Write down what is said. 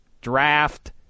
Draft